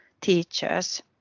teachers